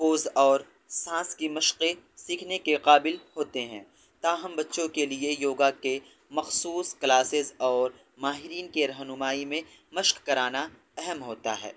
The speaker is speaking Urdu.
پوز اور سانس کی مشقیں سیکھنے کے قابل ہوتے ہیں تاہم بچوں کے لیے یوگا کے مخصوص کلاسیز اور ماہرین کی رہنمائی میں مشق کرانا اہم ہوتا ہے